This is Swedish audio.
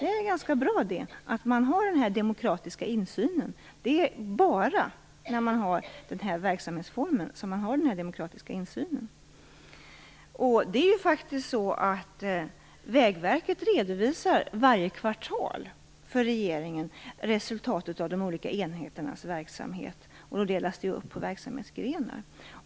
Det är ganska bra att man har en demokratisk insyn, och det är bara i denna verksamhetsform som har den insynen. Vägverket redovisar varje kvartal till regeringen resultatet av enheternas verksamhet, uppdelat på olika verksamhetsgrenar.